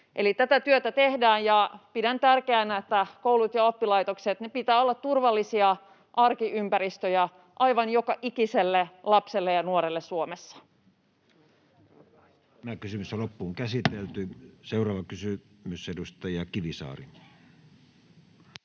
tätä työtä tehdään, ja pidän tärkeänä, että koulujen ja oppilaitosten pitää olla turvallisia arkiympäristöjä aivan joka ikiselle lapselle ja nuorelle Suomessa.